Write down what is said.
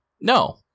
No